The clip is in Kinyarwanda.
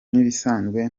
nk’ibisanzwe